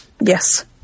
Yes